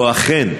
או אכן,